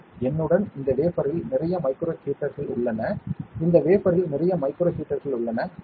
என்னுடன் இந்த வேஃபரில் நிறைய மைக்ரோ ஹீட்டர்கள் உள்ளன இந்த வேஃபரில் நிறைய மைக்ரோ ஹீட்டர்கள் உள்ளன சரி